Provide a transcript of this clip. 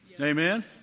Amen